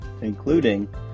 including